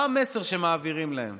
מה המסר שמעבירים להם?